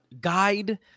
guide